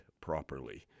properly